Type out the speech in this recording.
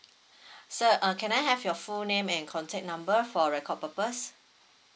sir uh can I have your full name and contact number for record purpose